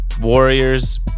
Warriors